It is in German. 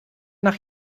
nach